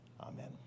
Amen